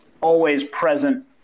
always-present